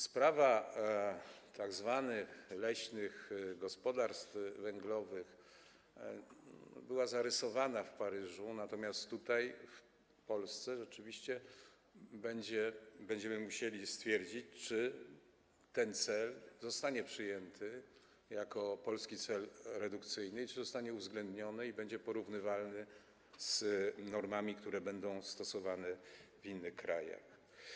Sprawa tzw. leśnych gospodarstw węglowych była zarysowana w Paryżu, natomiast w Polsce rzeczywiście będziemy musieli stwierdzić, czy ten cel zostanie przyjęty jako polski cel redukcyjny, czy zostanie uwzględniony i czy będzie to porównywalne z normami, które będą stosowane w innych krajach.